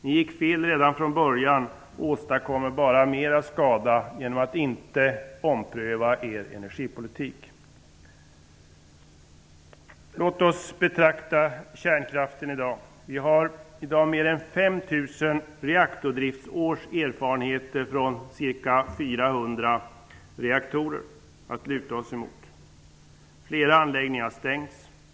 Ni gick fel redan från början och åstadkommer bara mer skada genom att inte ompröva er energipolitik. Låt oss betrakta kärnkraften i dag. Vi har mer än reaktorer att luta oss emot. Flera anläggningar har stängts.